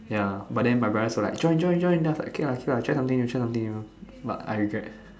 ya but then my brothers were like join join join okay okay lah I check something I check something with you but I regret